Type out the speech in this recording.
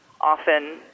often